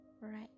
right